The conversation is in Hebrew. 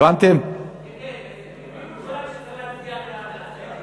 הצעת חבר הכנסת משה גפני בדבר